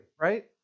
right